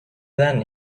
then